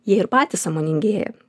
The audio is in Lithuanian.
jie ir patys sąmoningėja